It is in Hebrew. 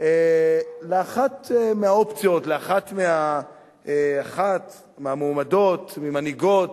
לאחת מהאופציות, לאחת מהמועמדות, המנהיגות,